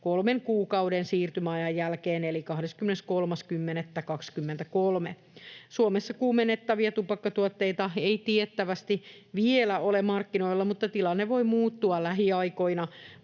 kolmen kuukauden siirtymäajan jälkeen 23.10.23. Suomessa kuumennettavia tupakkatuotteita ei tiettävästi vielä ole markkinoilla, mutta tilanne voi muuttua lähiaikoina.